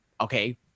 okay